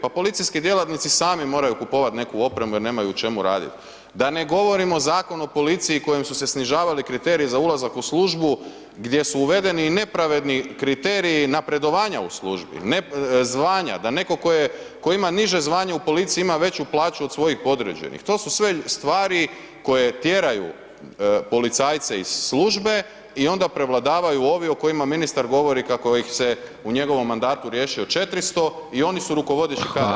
Pa policijski djelatnici sami moraju kupovati neku opremu jer nemaju u čemu radit da ne govorim o Zakonu o policiji kojim su se snižavali kriteriji za ulazak u službu gdje su uvedeni i nepravedni kriteriji napredovanja u službi, zvanja, da netko tko ima niže zvanje u policiji ima nižu plaću od svojih podređenih, to su sve stvari koje tjeraju policajce iz službe i onda prevladavaju ovi o kojima ministar govori kako ih se u njegovom mandatu riješio 400 i oni su rukovodeći kadar i to je problem.